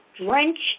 drenched